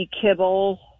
kibble